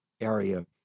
area